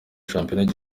shampiyona